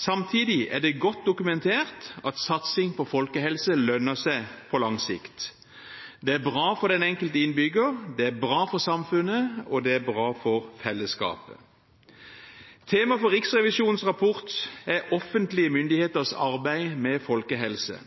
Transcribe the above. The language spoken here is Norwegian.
Samtidig er det godt dokumentert at satsing på folkehelse lønner seg på lang sikt. Det er bra for den enkelte innbygger, det er bra for samfunnet, og det er bra for fellesskapet. Temaet for Riksrevisjonens rapport er offentlige myndigheters arbeid med folkehelse.